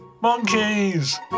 monkeys